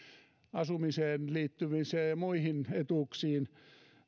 asumiseen liittyviin ja ja muihin etuuksiin